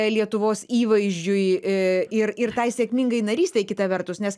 lietuvos įvaizdžiui ir ir tai sėkmingai narystei kita vertus nes